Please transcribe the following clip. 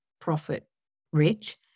profit-rich